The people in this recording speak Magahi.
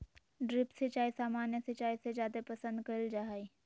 ड्रिप सिंचाई सामान्य सिंचाई से जादे पसंद कईल जा हई